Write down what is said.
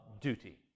duty